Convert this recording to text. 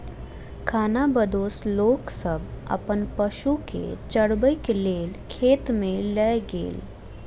खानाबदोश लोक सब अपन पशु के चरबै के लेल खेत में लय गेल